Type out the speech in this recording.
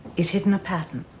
is hidden a pattern